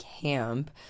camp